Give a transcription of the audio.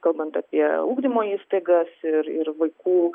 kalbant apie ugdymo įstaigas ir ir vaikų